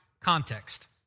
context